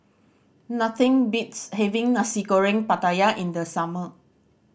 nothing beats having Nasi Goreng Pattaya in the summer